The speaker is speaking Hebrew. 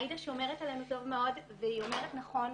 עאידה שומרת עלינו טוב מאוד והיא אומרת נכון,